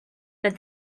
that